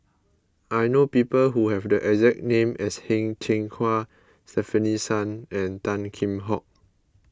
I know people who have the exact name as Heng Cheng Hwa Stefanie Sun and Tan Kheam Hock